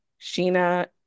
Sheena